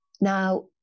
Now